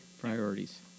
Priorities